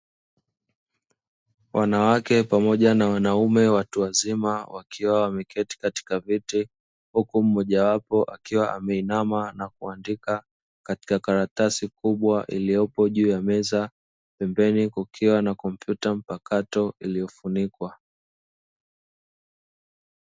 Wanawake pamoja na wanaume watu wazima wakiwa wameketi katika viti, huku mmojawapo akiwa ameinama na kuandika katika karatasi kubwa iliyopo juu ya meza pembeni kukiwa na kompyuta mpakato iliyofunikwa.